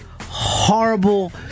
horrible